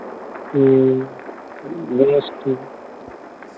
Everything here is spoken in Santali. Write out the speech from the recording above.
ᱦᱩᱸ ᱵᱮᱹᱥ ᱴᱷᱤᱠᱜᱮᱭᱟ